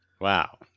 Wow